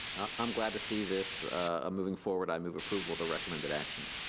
i'm glad to see this ah moving forward. i move approval of the recommended actions.